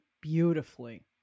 beautifully